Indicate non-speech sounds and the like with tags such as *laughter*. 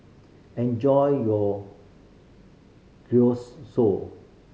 enjoy your *unintelligible*